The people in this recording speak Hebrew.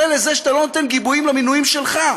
בזה שאתה לא נותן גיבויים למינויים שלך?